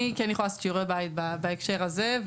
אני כן יכולה לעשות שיעורי בית בהקשר הזה,